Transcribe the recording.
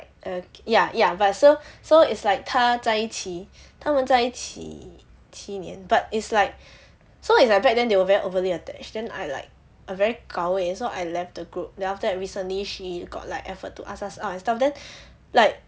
err okay ya ya but so so it's like 她在一起他们在一起七年 but it's like so it's like back then they were very overly attached then I like I very gao wei so I left the group then after that recently she got like effort to ask us out and stuff then like